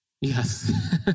Yes